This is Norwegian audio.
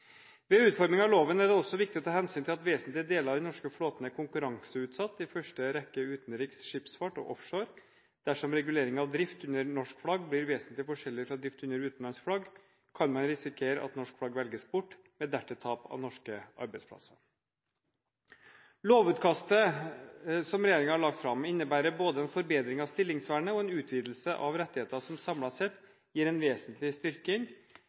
Ved utforming av loven er det også viktig å ta hensyn til at vesentlige deler av den norske flåten er konkurranseutsatt, i første rekke utenriks skipsfart og offshore. Dersom regulering av drift under norsk flagg blir vesentlig forskjellig fra drift under utenlandsk flagg, kan man risikere at norsk flagg velges bort – med dertil tap av norske arbeidsplasser. Lovutkastet som regjeringen har lagt fram, innebærer både en forbedring av stillingsvernet og en utvidelse av rettigheter som samlet sett gir en vesentlig styrking